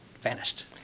vanished